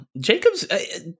Jacob's